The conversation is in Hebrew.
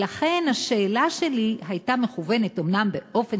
לכן השאלה שלי הייתה מכוונת אומנם באופן